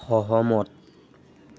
সহমত